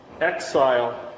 exile